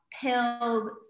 pills